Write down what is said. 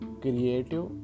creative